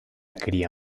quería